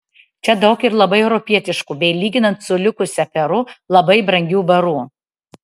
čia daug ir labai europietiškų bei lyginant su likusia peru labai brangių barų